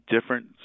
different